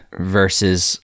versus